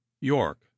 york